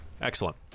Excellent